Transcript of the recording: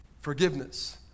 Forgiveness